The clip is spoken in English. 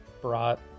brought